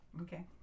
Okay